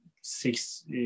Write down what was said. six